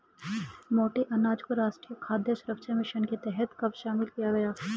मोटे अनाज को राष्ट्रीय खाद्य सुरक्षा मिशन के तहत कब शामिल किया गया?